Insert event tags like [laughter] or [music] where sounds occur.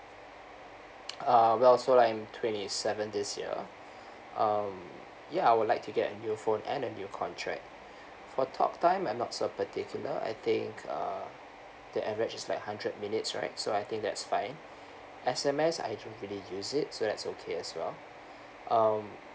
um well so I'm twenty seven this year [breath] um ya I would like to get a new phone and a new contract [breath] for talk time I'm not so particular I think uh the average is like hundred minutes right so I think that's fine [breath] S_M_S I don't really use it so that's okay as well um